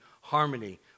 harmony